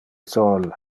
sol